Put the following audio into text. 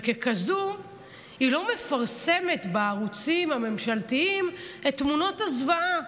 וככזאת היא לא מפרסמת בערוצים הממשלתיים את תמונות הזוועה,